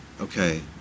okay